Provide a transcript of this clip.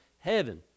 heaven